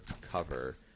cover